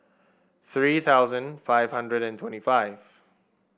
three thousand five hundred and twenty five